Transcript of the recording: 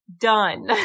Done